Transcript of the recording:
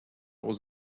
was